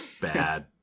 bad